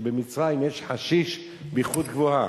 כי במצרים יש חשיש באיכות גבוהה.